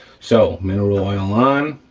so mineral oil on,